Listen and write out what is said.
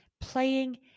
Playing